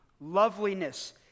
loveliness